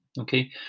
okay